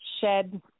shed